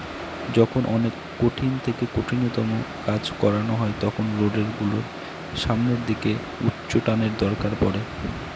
যখন অনেক কঠিন থেকে কঠিনতম কাজ করানো হয় তখন রোডার গুলোর সামনের দিকে উচ্চটানের দরকার পড়ে